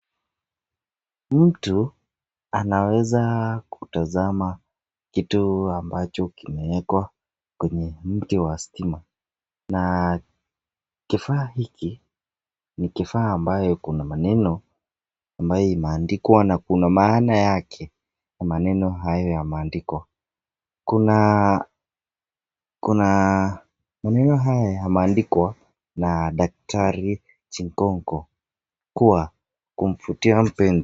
Mtu anaweza kutazama kitu ambacho kimewekwa kweye mti wa stima na kifaa hiki ni kifaa ambaye iko namaneno amabye imeandikwa na kuna maana yake ya maneno hayo ya maandiko, kuna maneno haya yameandikwa na dakidari chinkoko kuwa kumvutia mpenzi.